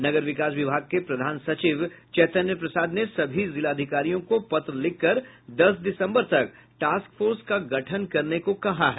नगर विकास विभाग के प्रधान सचिव चैतन्य प्रसाद ने सभी जिलाधिकारियों को पत्र लिखकर दस दिसम्बर तक टास्क फोर्स का गठन करने को कहा है